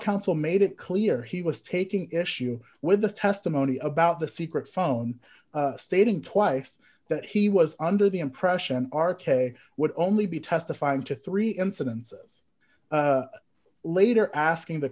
counsel made it clear he was taking issue with the testimony about the secret phone stating twice that he was under the impression r k would only be testifying to three incidences later asking the